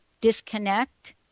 disconnect